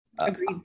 Agreed